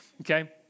okay